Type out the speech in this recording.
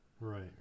Right